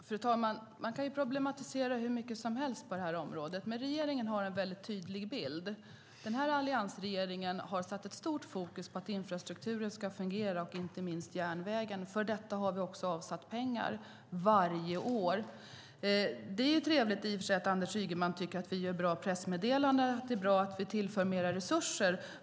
Fru talman! Man kan problematisera hur mycket som helst på det här området. Men regeringen har en klar bild. Den här alliansregeringen har ett tydligt fokus på att infrastrukturen ska fungera, inte minst järnvägen. För detta har vi också avsatt pengar varje år. Det är i och för sig trevligt att Anders Ygeman tycker att vi har bra pressmeddelanden och att det är bra att vi tillför mer resurser.